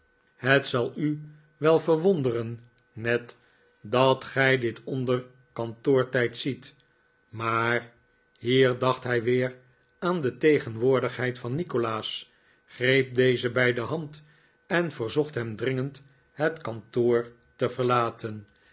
het zal u wel veiwonderen ned dat gij dit onder kantoortijd ziet maar hier dacht hij weer aan de tegenwoordigheid van nikolaas greep dezen bij de hand en verzocht hem dringend het kantoor te verlaten